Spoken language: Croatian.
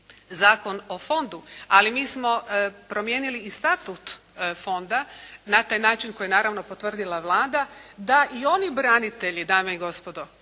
Zakon o fondu, ali mi smo promijenili i statut fonda na taj način koji je naravno potvrdila Vlada da i oni branitelji dame i gospodo,